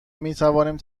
میتوانیم